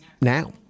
now